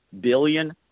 billion